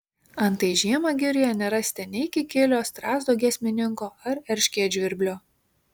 antai žiemą girioje nerasite nei kikilio strazdo giesmininko ar erškėtžvirblio